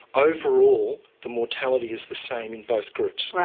overall the mortality is the same in both groups.